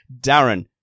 Darren